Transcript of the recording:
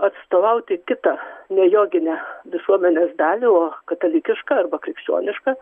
atstovauti kitą ne joginę visuomenės dalį o katalikišką arba krikščionišką